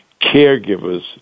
caregivers